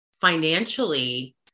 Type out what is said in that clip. financially